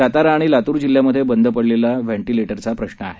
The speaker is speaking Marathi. सातारा आणि लातूर जिल्ह्यांमध्ये बंद पडलेल्या व्हेंटिलेटर प्रश्र आहे